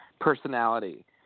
personality